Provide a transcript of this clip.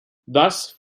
thus